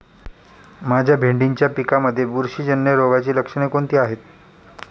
माझ्या भेंडीच्या पिकामध्ये बुरशीजन्य रोगाची लक्षणे कोणती आहेत?